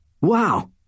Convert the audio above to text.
Wow